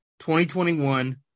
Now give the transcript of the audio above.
2021